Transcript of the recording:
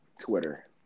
Twitter